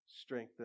strengthen